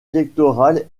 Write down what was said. électoral